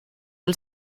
els